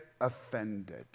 offended